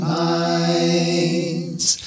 minds